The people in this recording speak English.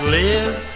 live